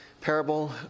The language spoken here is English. parable